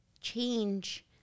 change